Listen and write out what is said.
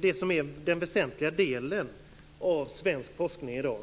det som är den väsentliga delen av svensk forskning i dag.